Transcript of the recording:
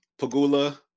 Pagula